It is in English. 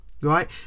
right